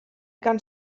gan